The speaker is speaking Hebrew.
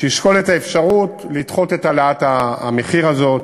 שישקול את האפשרות לדחות את העלאת המחיר הזאת